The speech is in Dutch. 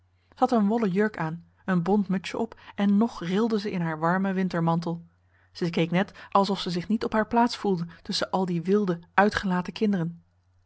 een wollen jurk aan een bont mutsje op en nog rilde ze in haar warmen wintermantel ze keek net alsof ze zich niet op haar plaats voelde tusschen al die wilde uitgelaten kinderen